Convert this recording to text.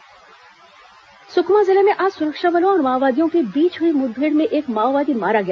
माओवादी मुठभेड सकमा जिले में आज सुरक्षा बलों और माओवादियों के बीच हई मुठभेड में एक माओवादी मारा गया